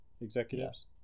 executives